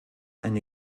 eine